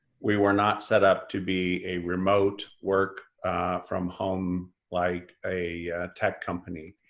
we were not set up to be a remote work from home like a tech company.